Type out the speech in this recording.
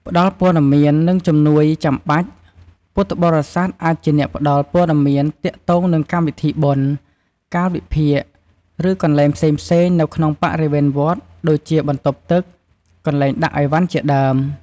បើសិនជាភ្ញៀវមានតម្រូវការជំនួយផ្សេងៗ ពួកគាត់ក៏អាចជួយសម្របសម្រួលបានដែរ។